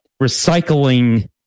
recycling